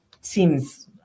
seems